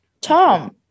Tom